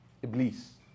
Iblis